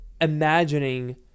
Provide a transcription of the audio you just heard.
imagining